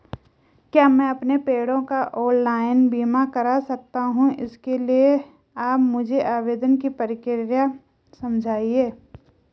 क्या मैं अपने पेड़ों का ऑनलाइन बीमा करा सकता हूँ इसके लिए आप मुझे आवेदन की प्रक्रिया समझाइए?